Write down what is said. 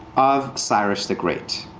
of cyrus the great.